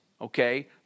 Okay